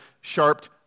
sharp